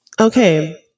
okay